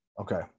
okay